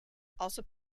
also